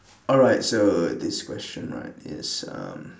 alright so this question right is um